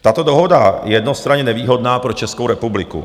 Tato dohoda je jednostranně nevýhodná pro Českou republiku.